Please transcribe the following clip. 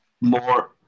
more